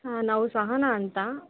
ಹಾಂ ನಾವು ಸಹನಾ ಅಂತ